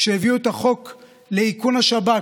כשהביאו את החוק לאיכון השב"כ,